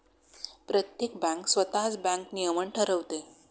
प्रत्येक बँक स्वतःच बँक नियमन ठरवते